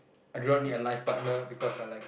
I do not need a life partner because I'll like